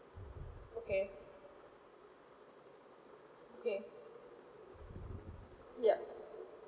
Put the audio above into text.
okay okay yup